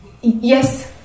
Yes